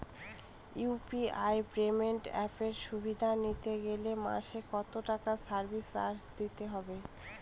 UPI payment অ্যাপের সুবিধা নিতে গেলে মাসে কত টাকা সার্ভিস চার্জ দিতে হবে?